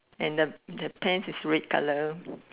and the the pants is red colour